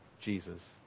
Jesus